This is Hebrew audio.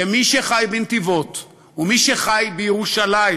שמי שחי בנתיבות ומי שחי בירושלים,